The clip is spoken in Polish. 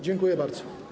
Dziękuję bardzo.